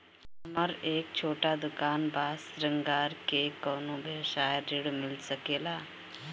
हमर एक छोटा दुकान बा श्रृंगार के कौनो व्यवसाय ऋण मिल सके ला?